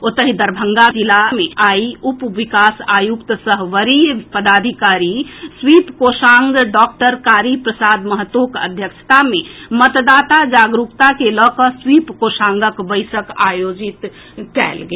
ओतहि दरभंगा जिला मे आई उप विकास आयुक्त सह वरीय पदाधिकारी स्वीप कोषांग डॉक्टर कारी प्रसाद महतोक अध्यक्षता मे मतदाता जागरूकता के लऽ कऽ स्वीप कोषांगक बैसक आयोजित कएल गेल